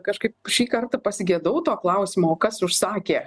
kažkaip šį kartą pasigedau to klausimo o kas užsakė